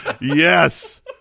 yes